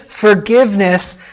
forgiveness